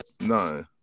No